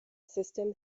system